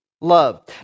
love